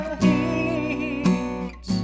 heat